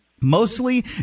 Mostly